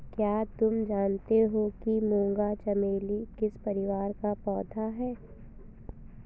क्या तुम जानते हो कि मूंगा चमेली किस परिवार का पौधा है?